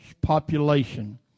population